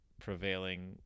prevailing